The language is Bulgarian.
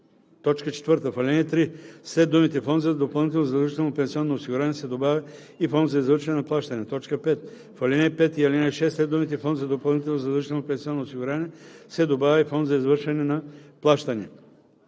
4. В ал. 3 след думите „Фонд за допълнително задължително пенсионно осигуряване“ се добавя „и фонд за извършване на плащания“. 5. В ал. 5 и ал. 6 след думите „фонд за допълнително задължително пенсионно осигуряване“ се добавя „и фонд за извършване на плащания“.“